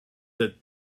that